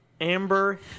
Amber